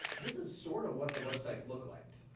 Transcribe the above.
this is sort of what the websites looked like.